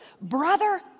brother